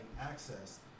access